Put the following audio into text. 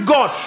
God